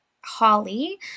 Holly